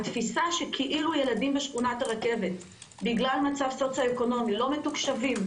התפיסה שכאילו ילדים בשכונת הרכבת בגלל מצב סוציו-אקונומי לא מתוקשבים,